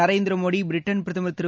Narendra Modi Britain பிரதமர் திரு